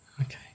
Okay